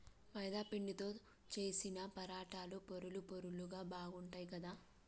మైదా పిండితో చేశిన పరాటాలు పొరలు పొరలుగా బాగుంటాయ్ కదా